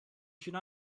should